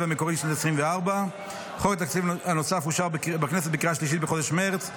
המקורי של 2024. חוק התקציב הנוסף אושר בכנסת בקריאה שלישית בחודש מרץ.